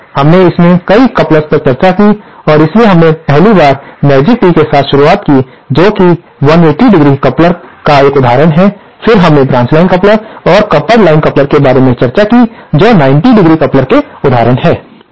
इसलिए हमने इसमें कई कपलर पर चर्चा की है इसलिए हमने पहली बार मैजिक टी के साथ शुरुआत की जो कि 180° कपलर का एक उदाहरण है फिर हमने ब्रांच लाइन कपलर और कपल्ड लाइन कपलर के बारे में चर्चा की जो 90° कपलर के उदाहरण हैं